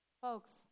Folks